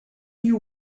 you